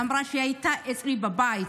אמרה שהיא הייתה אצלה בבית.